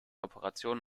operation